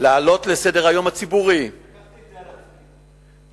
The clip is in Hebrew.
להעלות לסדר-היום הציבורי, לקחתי את זה על עצמי.